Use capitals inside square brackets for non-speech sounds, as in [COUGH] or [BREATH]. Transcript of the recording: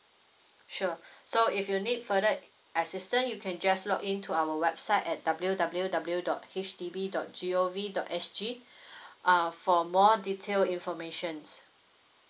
sure [BREATH] so if you need further assistance you can just log in to our website at W W W dot H D B dot G O V dot S G [BREATH] uh for more detail information